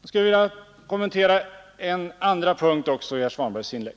Jag skulle vilja kommentera också en andra punkt i herr Svanbergs inlägg.